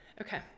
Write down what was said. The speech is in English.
okay